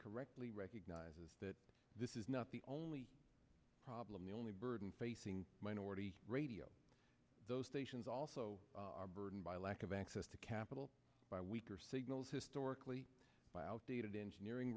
correctly recognizes that this is not the only problem the only burden facing minority radio stations also are burdened by lack of access to capital by weaker signals historically by outdated engineering